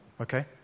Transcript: Okay